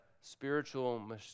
spiritual